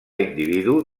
individu